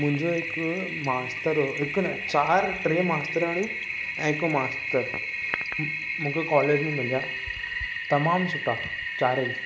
मुंहिंजो हिकु मास्तर हुयो हिकु न चार टे मास्तरियाणियूं ऐं हिकु मास्तर मूंखे कॉलेज में मिलिया तमामु सुठा चारई